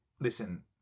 listen